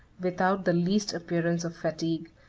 without the least appearance of fatigue,